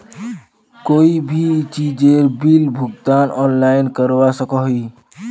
कोई भी चीजेर बिल भुगतान ऑनलाइन करवा सकोहो ही?